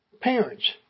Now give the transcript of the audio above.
parents